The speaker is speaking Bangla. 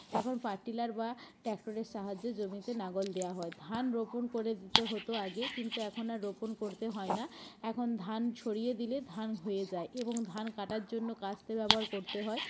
এখন বা ট্যাক্টরের সাহায্যে জমিতে লাঙল দেওয়া হয় ধান রোপণ করে দিতে হতো আগে কিন্তু এখন আর রোপণ করতে হয় না এখন ধান ছড়িয়ে দিলে ধান হয়ে যায় এবং ধান কাঁটার জন্য কাস্তে ব্যবহার করতে হয়